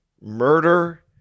murder